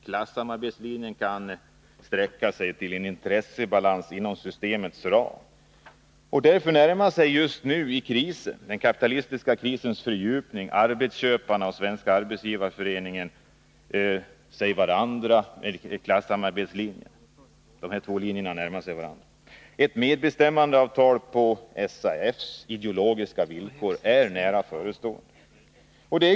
Klassamarbetslinjen kan sträcka sig till en intressebalans inom systemets ram. Och därför närmar sig just nu i krisen — den kapitalistiska krisens fördjupning — arbetsköparna, Svenska arbetsgivareföreningen, och klassamarbetslinjen varandra. Ett medbestämmandeavtal på SAF:s ideologiska villkor är nära förestående.